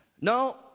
No